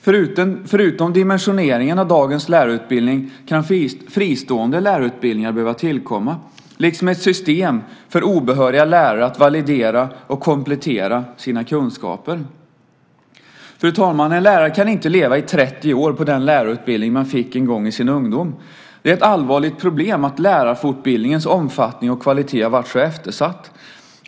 Förutom dimensioneringen av dagens lärarutbildning kan fristående lärarutbildningar behöva tillkomma liksom ett system för obehöriga lärare att validera och komplettera sina kunskaper. Fru talman! En lärare kan inte leva i 30 år på den lärarutbildning man fick en gång i sin ungdom. Det är ett allvarligt problem att lärarfortbildningens omfattning och kvalitet har varit så eftersatt.